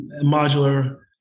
modular